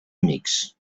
amics